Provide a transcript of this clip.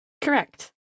Correct